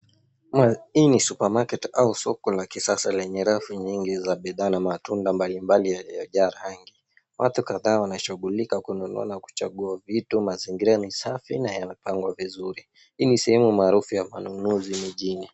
Hii ni supermarket au soko la kisasa lenye rafu nyingi za bidhaa na matunda mbalimbali yaliyojaa rangi. Watu kadhaa wanashugulika kununua na kuchagua vitu. Mazingira ni safi na yamepangwa vizuri. Hii ni sehemu maarufu ya manunuzi mijini.